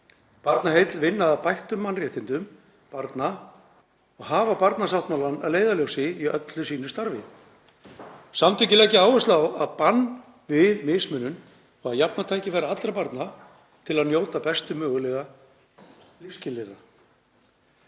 Barnaheill vinna að bættum mannréttindum barna og hafa barnasáttmálann að leiðarljósi í öllu sínu starfi. Samtökin leggja áherslu á bann við mismunun og að jafna tækifæri allra barna til að njóta bestu mögulegu lífsskilyrða.“